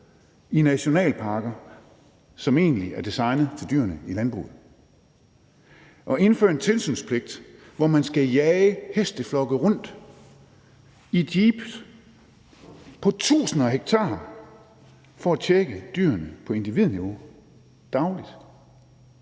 i nationalparker, som egentlig er designet til dyrene i landbruget; at indføre en tilsynspligt, hvor man skal jage hesteflokke rundt i jeep på tusinder af hektarer for at tjekke dyrene på individniveau dagligt,